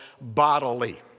bodily